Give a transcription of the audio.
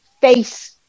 face